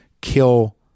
kill